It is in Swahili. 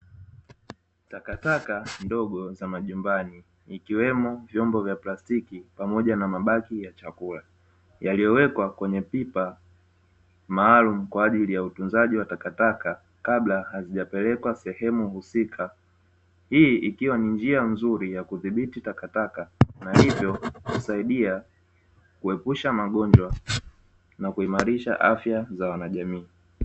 Takataka ndogo za majumbani, ikiwemo vyombo vya plastiki pamoja na mabaki ya chakula, yaliyowekwa kwenye pipa maalumu kwa ajili ya utunzaji wa takataka kabla hazijapelekwa sehemu husika. Hii ikiwa ni njia nzuri ya kudhibiti takataka na hivyo kusaidia kuepusha magonjwa na kuimarisha afya za wanajamii.